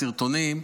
סרטונים,